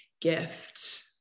gift